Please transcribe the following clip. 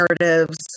narratives